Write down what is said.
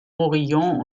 morillon